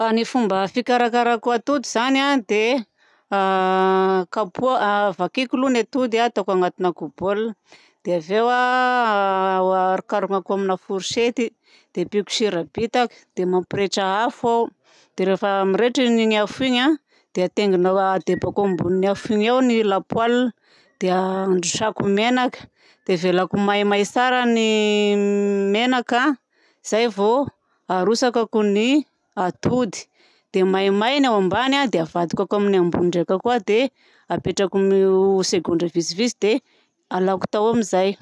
Ny fomba fikarakarako atody zany a dia kapoaha- vakiako aloha ny atody ataoko anatina ko- baolina dia avy eo harokaronako amina fourchette dia ampiako sira bitaka. Dia mampirehitra afo aho dia rehefa mirehitra igny afo igny de hataingina hadebako ambonin'igny afo igny ao ny la poêle. Dia handrotsahako menaka dia havelako maimay tsara ny menaka zay vao harotsakako ny atody dia maimay ny ao ambany dia havadiko amin'ny ambony ndraika koa dia apetrako segondra vitsivitsy dia alàko tao amin'izay.